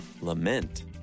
lament